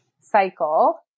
cycle